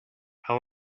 how